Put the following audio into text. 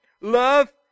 Love